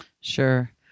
Sure